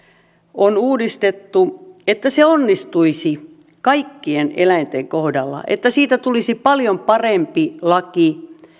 on uudistettu onnistuisi kaikkien eläinten kohdalla että siitä tulisi paljon parempi laki